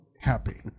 happy